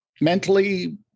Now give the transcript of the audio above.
Mentally